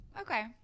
okay